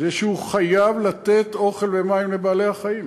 הוא חייב לתת אוכל ומים לבעלי-החיים.